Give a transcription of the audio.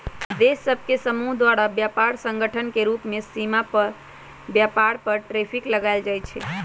देश सभ के समूह द्वारा व्यापार संगठन के रूप में सीमा पार व्यापार पर टैरिफ लगायल जाइ छइ